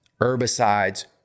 herbicides